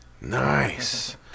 nice